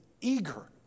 eager